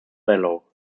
bellow